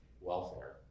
welfare